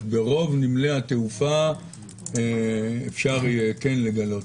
ברוב נמלי התעופה אפשר יהיה כן לגלות?